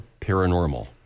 Paranormal